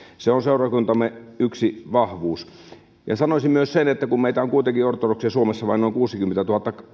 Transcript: se on seurakuntamme yksi vahvuus sanoisin myös sen että kun meitä ortodokseja on kuitenkin suomessa vain noin kuusikymmentätuhatta